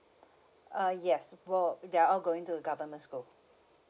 uh yes bo~ they're all going to the government school